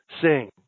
sing